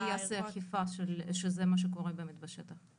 אבל מי יעשה אכיפה שזה מה שקורה באמת בשטח?